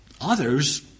Others